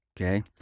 okay